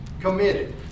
committed